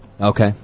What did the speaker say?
Okay